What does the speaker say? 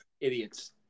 Idiots